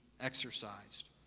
exercised